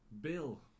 Bill